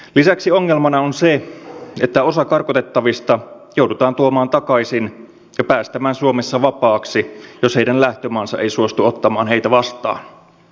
lisäksi ongelmana on se että osa karkotettavista joudutaan tuomaan takaisin ja päästämään suomessa vapaaksi jos heidän lähtömaansa ei suostu ottamaan heitä vastaan